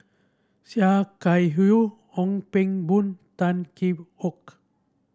Sia Kah Hui Ong Pang Boon Tan Kee